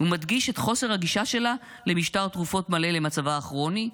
ומדגיש את חוסר הגישה שלה למשטר תרופות מלא למצבה הכרוני,